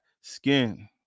skin